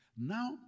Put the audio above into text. Now